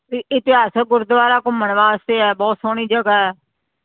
ਅਤੇ ਇਤਿਹਾਸਿਕ ਗੁਰਦੁਆਰਾ ਘੁੰਮਣ ਵਾਸਤੇ ਆ ਬਹੁਤ ਸੋਹਣੀ ਜਗ੍ਹਾ